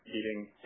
eating